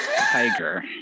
tiger